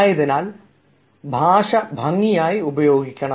അതിനാൽ ഭാഷ ഭംഗിയായി ഉപയോഗിക്കണം